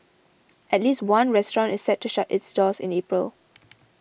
at least one restaurant is set to shut its doors in April